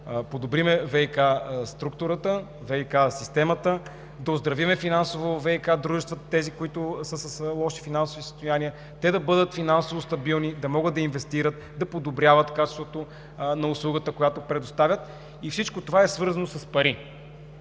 подобрим ВиК структурата, ВиК системата, да оздравим финансово ВиК дружествата – тези, които са с лоши финансови състояния, да бъдат финансово стабилни, да могат да инвестират, да подобряват качеството на услугата, която предоставят, а всичко това е свързано с пари.